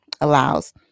allows